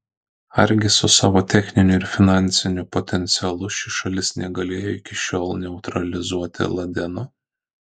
argi su savo techniniu ir finansiniu potencialu ši šalis negalėjo iki šiol neutralizuoti ladeno